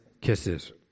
kisses